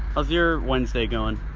how's your wednesday going?